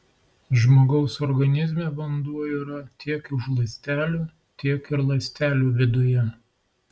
žmogaus organizme vanduo yra tiek už ląstelių tiek ir ląstelių viduje